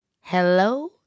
Hello